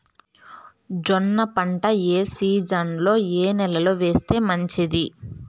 జొన్న పంట ఏ సీజన్లో, ఏ నెల లో వేస్తే మంచిది?